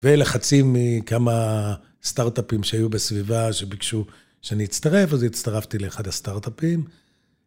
ולחצים מכמה סטארט-אפים שהיו בסביבה שביקשו שאני אצטרף, אז הצטרפתי לאחד הסטארט-אפים.